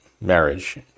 marriage